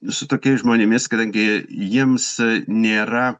su tokiais žmonėmis kadangi jiems nėra